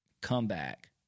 comeback